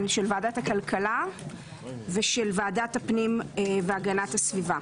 של ועדת הכלכלה ושל ועדת הפנים והגנת הסביבה.